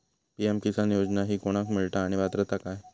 PM Kisan योजना ही कोणाक मिळता आणि पात्रता काय?